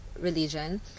religion